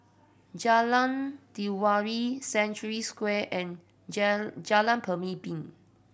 Jalan Telawi Century Square and Jalan Pemimpin